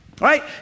right